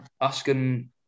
asking